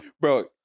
Bro